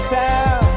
town